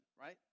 right